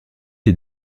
les